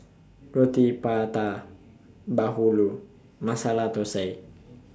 Roti Prata Bahulu Masala Thosai